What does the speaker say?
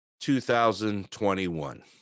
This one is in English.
2021